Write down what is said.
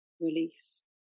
release